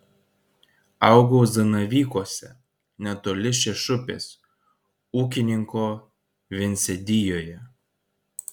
augau zanavykuose netoli šešupės ūkininko viensėdijoje